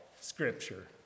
Scripture